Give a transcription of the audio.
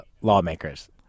lawmakers